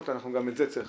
אנחנו צריכים